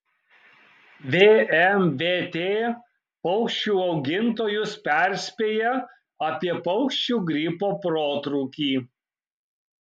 vmvt paukščių augintojus perspėja apie paukščių gripo protrūkį